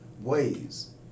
ways